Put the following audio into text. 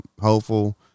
hopeful